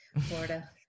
Florida